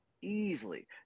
easily